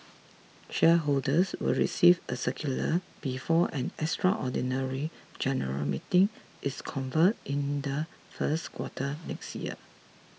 shareholders will receive a circular before an extraordinary general meeting is convened in the first quarter next year